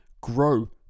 Grow